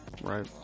Right